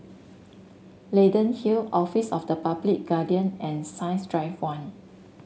Leyden Hill Office of the Public Guardian and Science Drive One